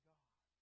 God